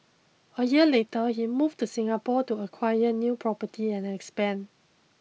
a year later he moved to Singapore to acquire new property and expand